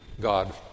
God